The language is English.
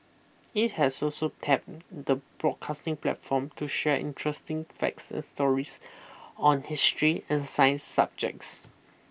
it has so so tapped the broadcasting platform to share interesting facts and stories on history and science subjects